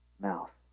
mouth